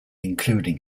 including